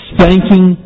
Spanking